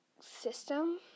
system